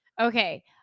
Okay